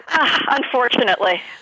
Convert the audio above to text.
unfortunately